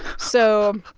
so.